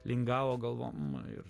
lingavo galvom ir